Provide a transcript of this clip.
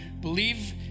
believe